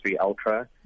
Ultra